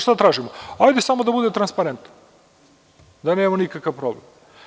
Šta tražimo, hajde samo da bude transparentno, da nemamo nikakav problem.